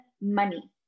money